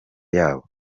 yabo